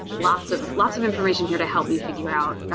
lots of, lots of information here to help me figure out,